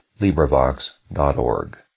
LibriVox.org